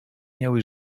miały